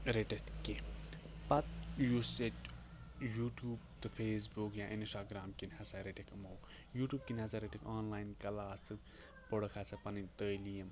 رٔٹِتھ کینٛہہ پَتہٕ یُس ییٚتہِ یوٗٹیوٗب تہٕ فیس بُک یا اِنَسٹاگرٛام کِنۍ ہَسا رٔٹِکھ یِمو یوٗٹیوٗب کِنۍ ہَسا رٔٹِکھ آنلاین کَلاس تہٕ پوٚرُکھ ہَسا پَنٕنۍ تٲلیٖم